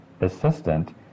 assistant